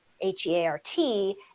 H-E-A-R-T